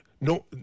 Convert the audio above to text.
No